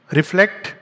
Reflect